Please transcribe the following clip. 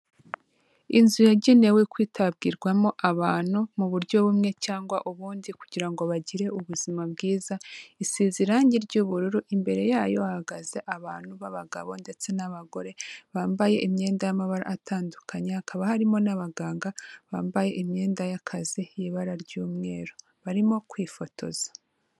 Inzu yagenewe kwitabwirwamo abantu mu buryo bumwe cyangwa ubundi kugira ngo bagire ubuzima bwiza, isize irangi ry'ubururu, imbere yayo hahagaze abantu b'abagabo ndetse n'abagore, bambaye imyenda y'amabara atandukanye, hakaba harimo n'abaganga bambaye imyenda y'akazi y'ibara ry'umweru. Barimo kwifotoza.